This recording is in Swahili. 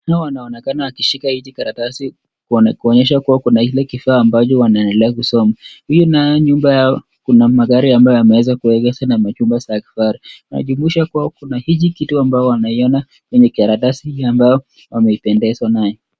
Hawa wanaonekana kushiki hiki kijikaratasi kuonyesha kuwa kuna ile kifaa ambacho wanaendela kusoma. Huyu naye nyuma yao kuna magari ambayo yameweza kuegezwa na majumba za kifahari. Inajumuisha kuwa kuna hiki kitu ambacho wanaiona kwenye karatasi hii ambayo wamependezwa nayo.